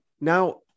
now